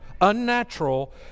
unnatural